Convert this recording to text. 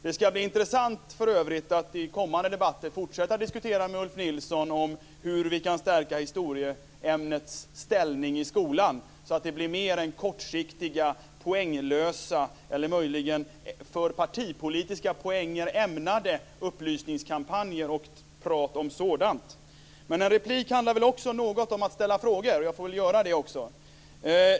Det ska för övrigt bli intressant att i kommande debatter fortsätta att diskutera med Ulf Nilsson om hur vi kan stärka historieämnets ställning i skolan så att det blir mer än kortsiktiga, poänglösa, eller möjligen för partipolitiska poänger ämnade, upplysningskampanjer och prat om sådant. En replik handlar också något om att ställa frågor, och jag får väl också göra det.